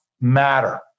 matter